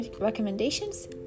recommendations